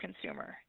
consumer